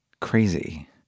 crazy